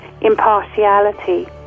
impartiality